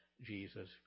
Jesus